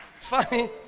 Funny